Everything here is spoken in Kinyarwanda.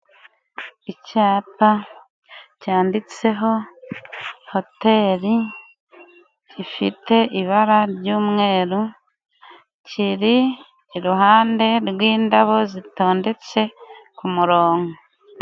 Icyapa cyanditseho Hoteri gifite ibara ry'umweru kiri iruhande rw'indabo zitondetse ku muronko.